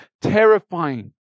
terrifying